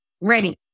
Ready